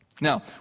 Now